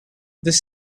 this